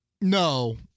No